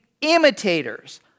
imitators